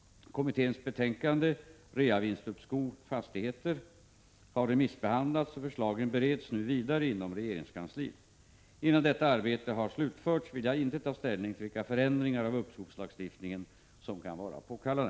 Kommitténs betänkande Reavinstuppskov — Fastigheter har remissbehandlats, och förslagen bereds nu vidare inom regeringskansliet. Innan detta arbete har slutförts vill jag inte ta ställning till vilka förändringar av uppskovslagstiftningen som kan vara påkallade.